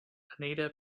anita